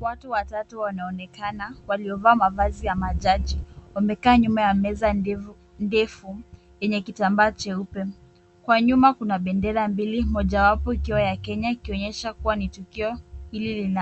Watu watatu wanaonekana, waliovaa mavazi ya majaji. Wamekaa nyuma ya meza ndefu yenye kitambaa cheupe. Kwa nyuma kuna bendera mbili, mojawapo ikiwa ni ya Kenya, ikionyesha kuwa tukio hili